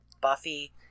buffy